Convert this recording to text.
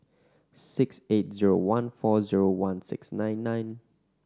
six eight zero one four zero one six nine nine